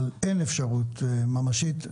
אבל אין אפשרות ממשית,